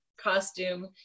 costume